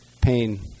pain